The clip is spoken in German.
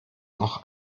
noch